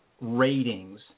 ratings